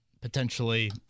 potentially